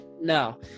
No